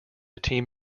team